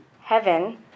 heaven